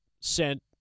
sent